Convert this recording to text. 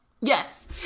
Yes